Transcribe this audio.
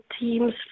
teams